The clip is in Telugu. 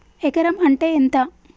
ఎకరం అంటే ఎంత?